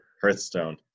Hearthstone